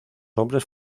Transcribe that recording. hombres